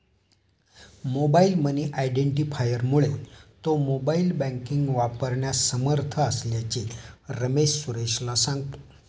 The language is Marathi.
मोबाईल मनी आयडेंटिफायरमुळे तो मोबाईल बँकिंग वापरण्यास समर्थ असल्याचे रमेश सुरेशला सांगतो